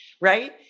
right